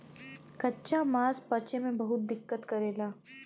कच्चा मांस पचे में बहुत दिक्कत करेला